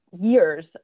years